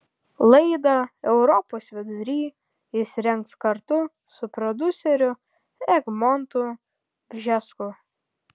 laidą europos vidury jis rengs kartu su prodiuseriu egmontu bžesku